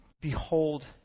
behold